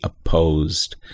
opposed